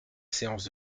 séance